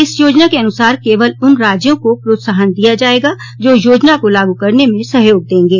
इस योजना के अनुसार केवल उन राज्यों को प्रोत्साहन दिया जायेगा जो योजना को लागू करने में सहयोग देंगे